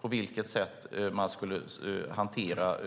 På vilket sätt ska man hantera